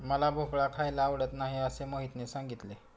मला भोपळा खायला आवडत नाही असे मोहितने सांगितले